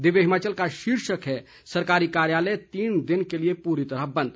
दिव्य हिमाचल का शीर्षक है सरकारी कार्यालय तीन दिनों के लिये पूरी तरह बंद